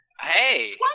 Hey